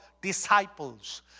disciples